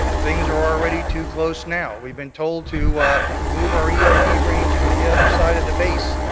ah things are already too close now. we have been told to move our e o d. range to the other side of the base.